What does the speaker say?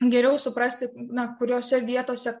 geriau suprasti na kuriose vietose